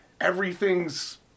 everything's